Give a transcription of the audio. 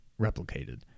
replicated